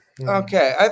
Okay